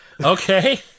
Okay